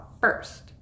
first